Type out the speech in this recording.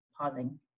pausing